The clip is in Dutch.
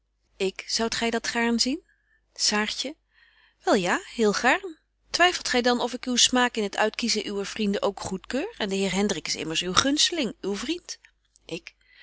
ik zoudt gy dat gaarn zien saartje wel ja heel gaarn twyffelt gy dan of ik uw smaak in het uitkiezen uwer vrienden ook goed keur en de heer hendrik is immers uw gunsteling uw vriend